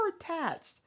attached